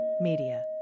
Media